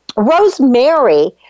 Rosemary